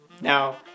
Now